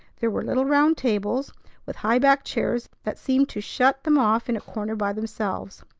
there were little round tables with high-backed chairs that seemed to shut them off in a corner by themselves.